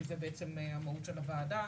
כי זו בעצם המהות של הוועדה.